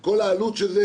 כל העלות של זה